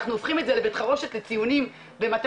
אנחנו הופכים את זה לבית חרושת לציונים במתמטיקה,